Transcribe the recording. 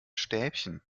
stäbchen